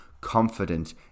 confident